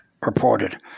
reported